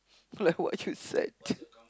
like what you said